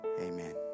Amen